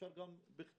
אפשר גם בכתב.